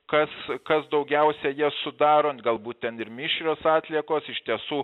kas kas daugiausia jas sudaro galbūt ten ir mišrios atliekos iš tiesų